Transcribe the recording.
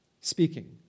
speaking